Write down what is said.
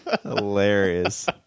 Hilarious